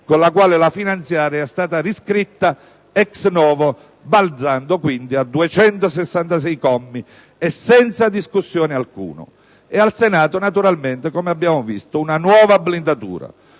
con la quale la finanziaria è stata riscritta *ex novo*, balzando quindi a 266 commi, e senza discussione alcuna. E al Senato, naturalmente, come abbiamo visto, una nuova blindatura.